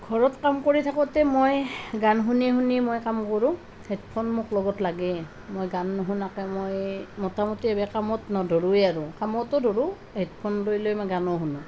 ঘৰত কাম কৰি থাকোঁতে মৈ গান শুনি শুনি মই কাম কৰোঁ হেডফ'ন মোক লগত লাগেই মই গান নুশুনাকে মোটামুটি মই কামত নধৰোৱেই আৰু কামতো ধৰোঁ হেডফ'ন লৈ লৈ মই গানো শুনোঁ